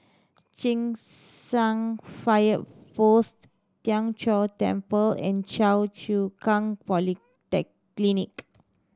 Cheng San Fire Post Tien Chor Temple and Choa Chu Kang Poly tech clinic